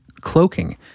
cloaking